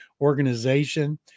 organization